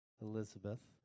Elizabeth